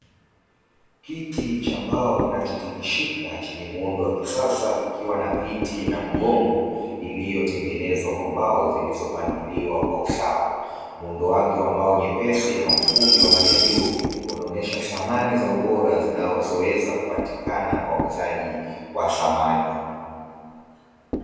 Kiti cha mbao kinacho tingishika chenye muundo wa kisasa kikiwa na viti na mgongo iliyotengenezwa kwa mbao zilizopangiliwa kwa usawa, muundo wake wa mbao nyepesi na ufundi wa hali ya juu unaonyesha samani za ubora zinazoweza kupatikana kwa wauzaji wa samani.